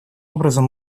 образом